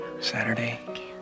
Saturday